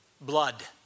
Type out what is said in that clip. Blood